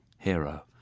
Hero